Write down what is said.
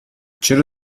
چرا